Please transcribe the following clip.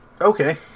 Okay